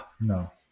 No